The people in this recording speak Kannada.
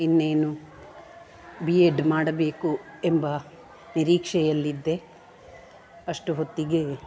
ಇನ್ನೇನು ಬಿ ಎಡ್ ಮಾಡಬೇಕು ಎಂಬ ನೀರಿಕ್ಷೆಯಲ್ಲಿದ್ದೆ ಅಷ್ಟು ಹೊತ್ತಿಗೆ